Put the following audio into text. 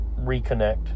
reconnect